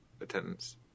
attendance